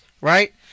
Right